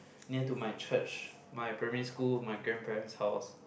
near to my church my primary school my grandparents house